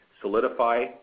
solidify